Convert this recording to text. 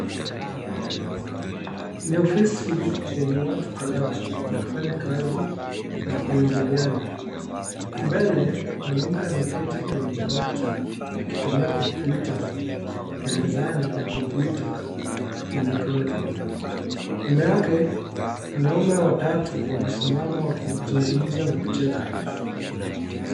Ni ofisi yenye watu kadhaa wakifanya kazi na kuingiliana mbele mwanamke ameketi kwenye dawati akitumia kompyuta ya mezani na kompyuta ya mkono ,nyuma yake wanaume watatu wamesimama wakizungumza na kucheka.